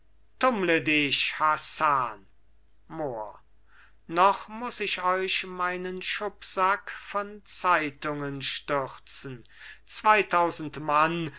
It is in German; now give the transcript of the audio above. noch muß ich euch meinen schubsack von zeitungen stürzen zweitausend mann